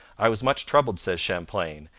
i was much troubled says champlain.